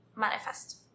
manifest